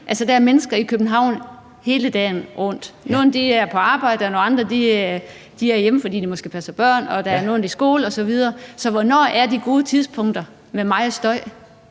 virkeligheden mennesker i København hele dagen rundt, nogle er på arbejde, og nogle andre er hjemme, fordi de måske passer børn, og der er nogle i skole osv. Så hvornår er de gode tidspunkter for meget støj?